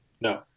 No